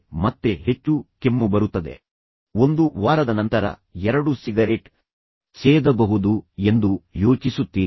ಮೂರನೇ ದಿನ ಒಂದು ಪೂರ್ತಿ ಸಿಗರೇಟ್ ನಾಲ್ಕನೇ ದಿನವು ಒಂದು ಪೂರ್ತಿ ಸಿಗರೇಟ್ ಮತ್ತೆ ಒಂದು ವಾರದ ನಂತರ ಎರಡು ಸಿಗರೇಟ್ ಸೇದಬಹುದು ಎಂದು ಯೋಚಿಸುತ್ತೀರಿ